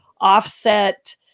offset